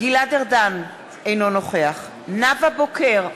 גלעד ארדן, אינו נוכח נאוה בוקר,